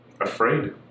afraid